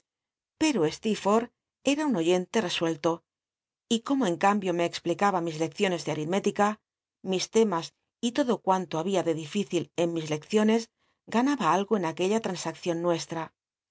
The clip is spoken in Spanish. pero stcerforth era un oyente tesuclto y como en ca mbio me explicaba mis lecc iones de aritmética mis l emas y lodo cuan to babia ele dificil en mis lrccioncs ganaba algo en aquella ttansaccion nuestra